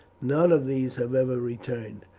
none of these have ever returned,